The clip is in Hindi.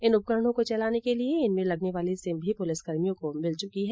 इन उपकरणों को चलाने के लिए इनमें लगने वाली सिम भी पुलिसकर्मियों को मिल चुकी है